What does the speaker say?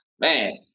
man